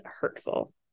hurtful